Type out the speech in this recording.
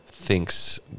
thinks